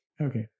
Okay